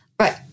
Right